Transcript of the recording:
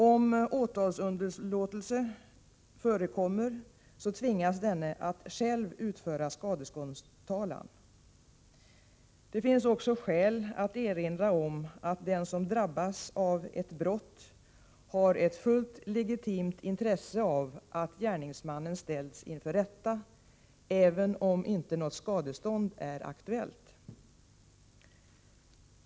Om åtalsunderlåtelse förekommer tvingas denne att själv utföra skadeståndstalan. Det finns också skäl att erinra om att den som drabbas av ett brott har ett fullt legitimt intresse av att gärningsmannen ställs inför rätta, även om inte något skadestånd är aktuellt.